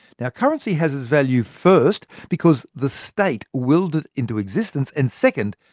yeah currency has its value first because the state willed it into existence, and second,